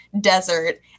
desert